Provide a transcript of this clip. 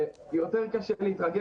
יותר קשה להתרגל